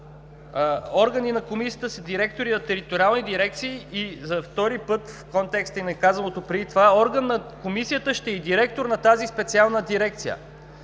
Органи на Комисията са директори на териториални дирекции и за втори път в контекста им е казаното преди това „орган на Комисията ще е и директор на тази Специална дирекция“.